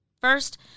First